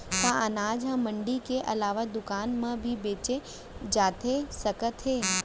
का अनाज ल मंडी के अलावा दुकान म भी बेचे जाथे सकत हे?